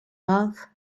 love